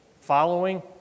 following